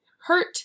hurt